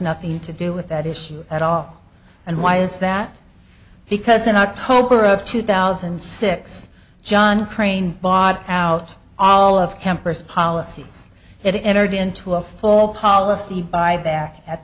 nothing to do with that issue at all and why is that because in october of two thousand and six john crane bought out all of campers policies it entered into a full policy buyback at